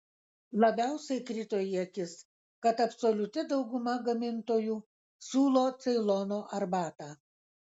labiausiai krito į akis kad absoliuti dauguma gamintojų siūlo ceilono arbatą